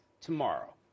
tomorrow